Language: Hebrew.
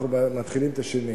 ואנחנו מתחילים את השני,